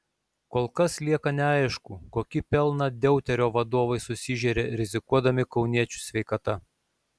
kol kas lieka neaišku kokį pelną deuterio vadovai susižėrė rizikuodami kauniečių sveikata